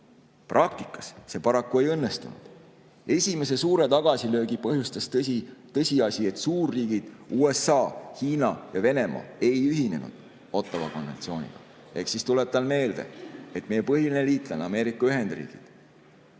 Praktikas see paraku ei õnnestunud. Esimese suure tagasilöögi põhjustas tõsiasi, et suurriigid USA, Hiina ja Venemaa ei ühinenud Ottawa konventsiooniga. Tuletan meelde, et meie põhiline liitlane Ameerika Ühendriigid